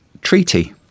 Treaty